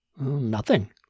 Nothing